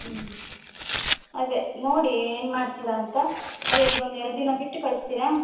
ಹ್ಞೂ ಅದೆ ನೋಡಿ ಏನು ಮಾಡ್ತೀರ ಅಂತ ಅದೆ ಈಗ ಒಂದೆರಡು ದಿನ ಬಿಟ್ಟು ಕಳಿಸ್ತೀರ